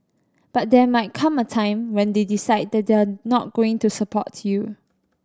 but there might come a time when they decide that they're not going support you